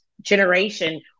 generation